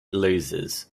loses